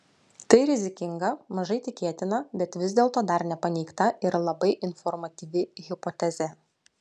tai rizikinga mažai tikėtina bet vis dėlto dar nepaneigta ir labai informatyvi hipotezė